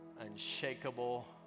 unshakable